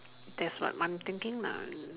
that's what I'm thinking lah